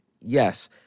yes